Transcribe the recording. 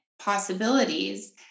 possibilities